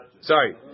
Sorry